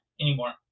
anymore